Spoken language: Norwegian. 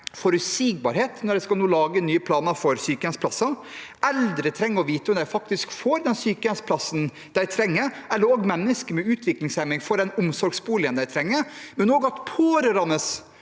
forutsigbarhet når de nå skal lage nye planer for sykehjemsplasser. Eldre trenger å vite om de faktisk får den sykehjemsplassen de trenger, og mennesker med utviklingshemming må få vite om de får den omsorgsboligen de trenger. Også pårørende